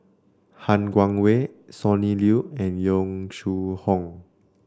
Han Guangwei Sonny Liew and Yong Shu Hoong